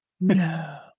No